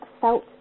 felt